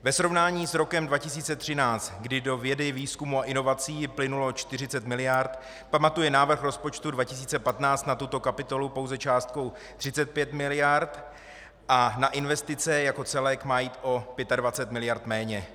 Ve srovnání s rokem 2013, kdy do vědy, výzkumu a inovací plynulo 40 mld., pamatuje návrh rozpočtu 2015 na tuto kapitolu pouze částkou 35 mld. a na investice jako celek má jít o 25 mld. méně.